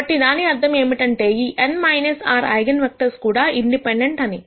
కాబట్టి దాని అర్థం ఏమిటంటే ఈ n r ఐగన్ వెక్టర్స్ కూడా ఇండిపెండెంట్ అని